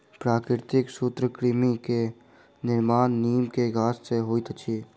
प्राकृतिक सूत्रकृमि के निर्माण नीम के गाछ से होइत अछि